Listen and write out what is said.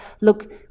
look